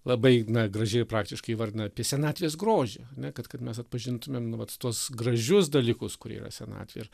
labai na gražiai ir praktiškai įvardina apie senatvės grožį ar ne kad kad mes atpažintumėm nu vat tuos gražius dalykus kurie yra senatvėj ir